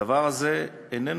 הדבר הזה איננו